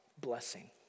blessing